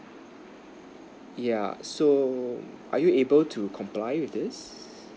yeah so are you able to comply with this